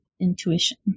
intuition